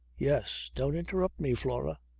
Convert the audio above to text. yes. don't interrupt me, flora.